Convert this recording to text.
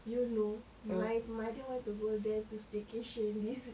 you know my mother wanted to go there to staycation this